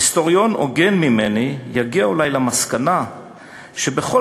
היסטוריון הוגן ממני יגיע אולי למסקנה שבכל